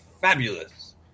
fabulous